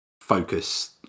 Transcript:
focus